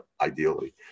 ideally